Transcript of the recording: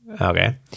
Okay